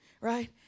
right